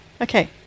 Okay